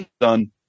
done